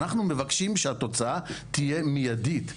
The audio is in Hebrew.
ואנחנו מבקשים שהתוצאה תהיה מיידית.